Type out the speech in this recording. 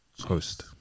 host